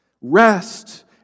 Rest